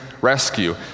rescue